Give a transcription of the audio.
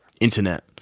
internet